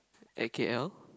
at k_l